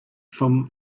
from